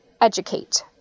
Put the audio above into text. educate